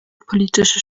politische